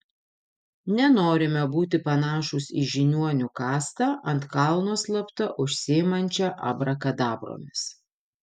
nenorime būti panašūs į žiniuonių kastą ant kalno slapta užsiimančią abrakadabromis